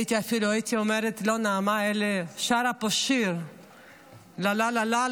הייתי אפילו אומרת לא נאמה אלא שרה פה שיר "לה לה לה,